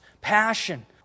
passion